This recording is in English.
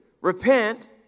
repent